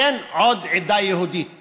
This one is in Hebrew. אין עוד עדה יהודית